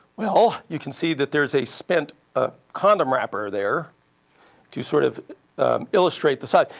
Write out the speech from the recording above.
well, you can see that there is a spent ah condom wrapper there to sort of illustrate the size.